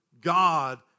God